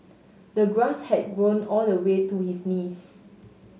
the grass had grown all the way to his knees